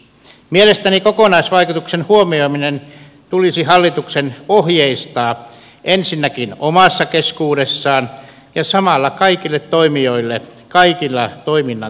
mielestäni kokonaisvaikutuksen huomioiminen tulisi hallituksen ohjeistaa ensinnäkin omassa keskuudessaan ja samalla kaikille toimijoille kaikilla toiminnan tasoilla